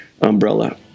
umbrella